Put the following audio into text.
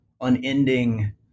unending